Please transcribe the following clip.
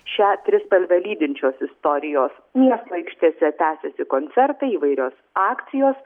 šią trispalvę lydinčios istorijos miesto aikštėse tęsiasi koncertai įvairios akcijos